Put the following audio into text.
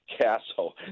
castle